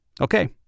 Okay